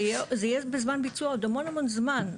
זה יהיה בזמן ביצוע עוד המון המון זמן.